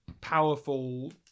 powerful